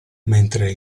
mentre